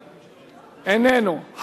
איננו.